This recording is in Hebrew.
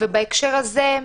בהקשר הזה,